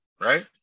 right